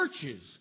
churches